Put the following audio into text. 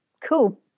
Cool